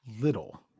Little